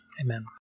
Amen